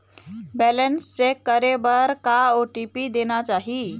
Balance check करे बर का ओ.टी.पी देना चाही?